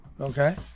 Okay